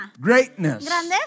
Greatness